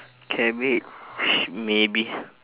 cabbage maybe